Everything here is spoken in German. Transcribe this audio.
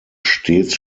stets